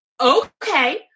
okay